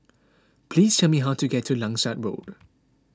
please tell me how to get to Langsat Road